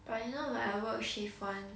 but you know like I work shift one